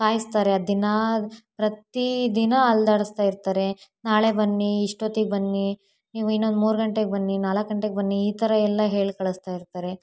ಕಾಯಿಸ್ತಾರೆ ದಿನಾ ಪ್ರತಿ ದಿನ ಅಲೆದಾಡಿಸ್ತಾ ಇರ್ತಾರೆ ನಾಳೆ ಬನ್ನಿ ಇಷ್ಟೊತ್ತಿಗೆ ಬನ್ನಿ ನೀವು ಇನ್ನೊಂದು ಮೂರು ಗಂಟೆಗೆ ಬನ್ನಿ ನಾಲ್ಕು ಗಂಟೆಗೆ ಬನ್ನಿ ಈ ಥರ ಎಲ್ಲ ಹೇಳಿ ಕಳಿಸ್ತಾ ಇರ್ತಾರೆ